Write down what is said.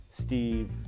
Steve